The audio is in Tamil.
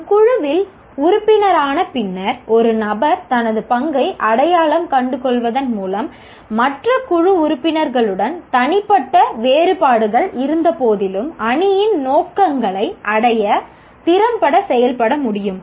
ஒரு குழுவில் உறுப்பினரான பின்னர் ஒரு நபர் தனது பங்கை அடையாளம் கண்டுகொள்வதன் மூலம் மற்ற குழு உறுப்பினர்களுடன் தனிப்பட்ட வேறுபாடுகள் இருந்தபோதிலும் அணியின் நோக்கங்களை அடைய திறம்பட செயல்பட முடியும்